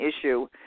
issue